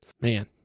Man